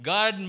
God